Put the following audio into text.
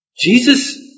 Jesus